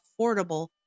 affordable